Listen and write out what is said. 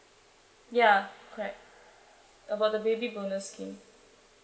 ya correct about the baby bonus scheme